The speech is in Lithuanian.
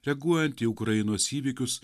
reaguojant į ukrainos įvykius